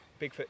Bigfoot